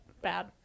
bad